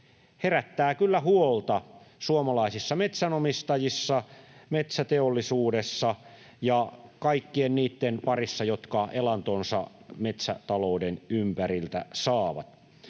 herättää kyllä huolta suomalaisissa metsänomistajissa, metsäteollisuudessa ja kaikkien niitten parissa, jotka elantonsa metsätalouden ympäriltä saavat.